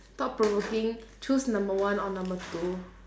thought provoking choose number one or number two